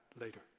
later